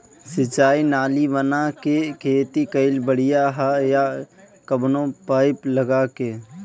सिंचाई नाली बना के खेती कईल बढ़िया ह या कवनो पाइप लगा के?